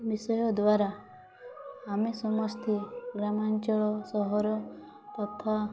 ବିଷୟ ଦ୍ୱାରା ଆମେ ସମସ୍ତେ ଗ୍ରାମାଞ୍ଚଳ ସହର ତଥା